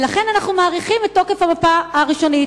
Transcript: ולכן אנחנו מאריכים את תוקף המפה הראשונית.